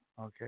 okay